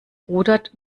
rudert